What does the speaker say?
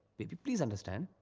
baby, please understand.